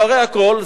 אחרי הכול,